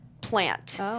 plant